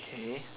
k